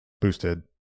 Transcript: boosted